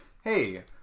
hey